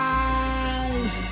eyes